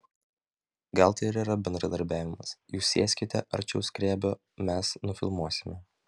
gal tai ir yra bendradarbiavimas jūs sėskite arčiau skrebio mes nufilmuosime